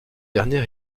dernier